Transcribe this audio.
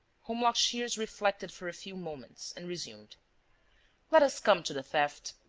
holmlock shears reflected for a few moments and resumed let us come to the theft.